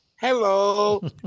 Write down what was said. hello